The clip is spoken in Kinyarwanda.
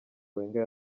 wenger